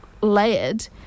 layered